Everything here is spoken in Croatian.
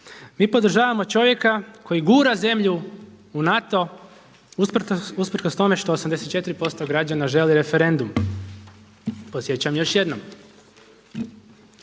Mi podržavamo čovjeka koji gura zemlju u NATO usprkos tome što 84% građana želi referendum. Podsjećam još jednom,